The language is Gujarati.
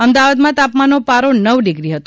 અમદાવાદમાં તાપમાનનો પારો નવ ડિગ્રી હતો